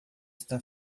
está